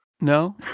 no